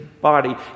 body